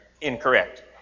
incorrect